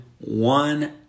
One